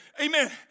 Amen